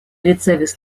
ricevis